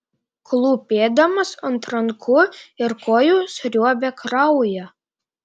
klūpėdamas ant rankų ir kojų sriuobė kraują